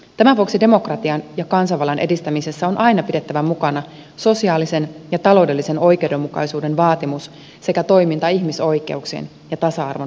tämän vuoksi demokratian ja kansanvallan edistämisessä on aina pidettävä mukana sosiaalisen ja taloudellisen oikeudenmukaisuuden vaatimus sekä toiminta ihmisoi keuksien ja tasa arvon vahvistamiseksi